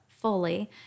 fully